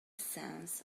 sense